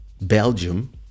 belgium